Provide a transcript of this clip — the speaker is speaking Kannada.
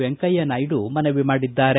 ವೆಂಕಯ್ಣನಾಯ್ಡು ಮನವಿ ಮಾಡಿದ್ದಾರೆ